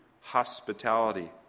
hospitality